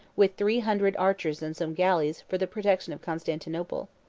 with three hundred archers and some galleys, for the protection of constantinople.